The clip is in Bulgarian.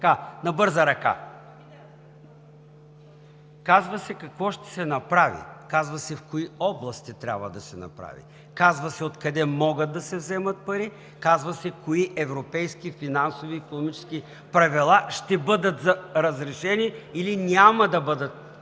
неща на бърза ръка! Казва се какво ще се направи, казва се в кои области трябва да се направи, казва се откъде могат да се вземат пари, казва се кои европейски финансово-икономически правила ще бъдат разрешени или няма да се съблюдават.